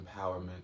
empowerment